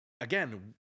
again